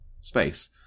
space